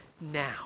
now